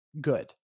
good